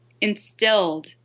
instilled